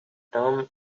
term